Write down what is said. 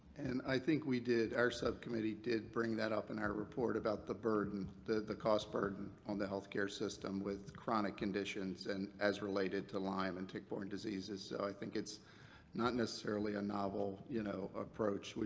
and i think we did, our subcommittee, did bring that up in our report about the burden, the the cost burden on the healthcare system with chronic conditions and as related to lyme and tick-borne diseases. so i think it's not necessarily a novel, you know, approach.